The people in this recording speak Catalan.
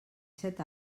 set